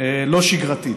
לא שגרתית,